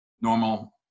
normal